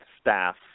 staff